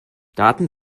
daten